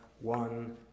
one